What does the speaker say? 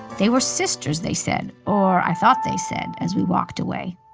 they were sisters, they said or i thought they said as we walked away.